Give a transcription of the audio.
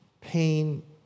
pain